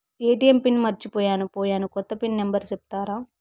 ATM PIN మర్చిపోయాను పోయాను, కొత్త పిన్ నెంబర్ సెప్తారా?